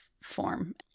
form